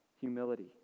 humility